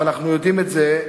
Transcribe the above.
ואנחנו יודעים את זה,